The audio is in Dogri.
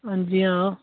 हां जी हां